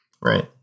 Right